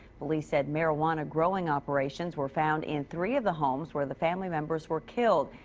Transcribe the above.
police said marijuana growing operations were found in three of the homes. where the family members were killed.